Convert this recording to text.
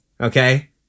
okay